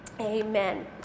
Amen